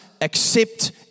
accept